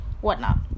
whatnot